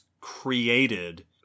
created